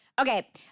Okay